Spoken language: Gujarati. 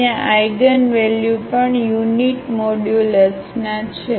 ત્યાં આઇગનવલ્યુ પણ યુનિટ મોડ્યુલસના છે